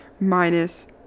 minus